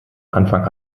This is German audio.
anfang